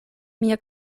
mia